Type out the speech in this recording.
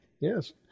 Yes